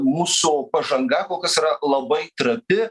mūsų pažanga kol kas yra labai trapi